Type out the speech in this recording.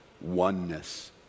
oneness